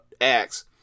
acts